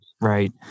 Right